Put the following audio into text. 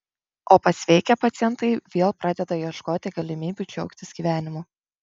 o pasveikę pacientai vėl pradeda ieškoti galimybių džiaugtis gyvenimu